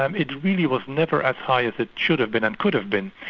um it really was never as high as it should have been and could have been.